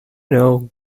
know